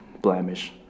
blemish